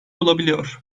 olabiliyor